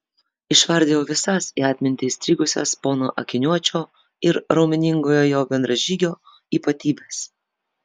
išvardijau visas į atmintį įstrigusias pono akiniuočio ir raumeningojo jo bendražygio ypatybes